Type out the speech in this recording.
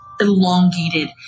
elongated